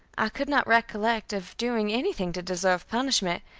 i could not recollect of doing anything to deserve punishment,